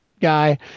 guy